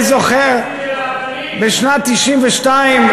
אני זוכר בשנת 1992,